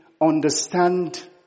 Understand